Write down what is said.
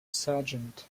sergeant